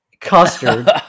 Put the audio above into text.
custard